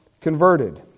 converted